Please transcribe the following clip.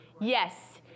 Yes